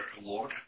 award